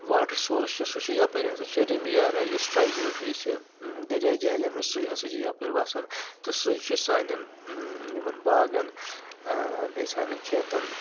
water source چھِ سُہ چھِ یپٲرۍ ہسا چھِ رمبہِ یارا یُس ٹرایبٕل چھُ یہِ چھِ دریاے جہلمس سُے ہسا چھُ یپٲرۍ وسان تہٕ سُے چھُ سانٮ۪ن یِمن باغن بیٚیہِ سانٮ۪ن کھیتن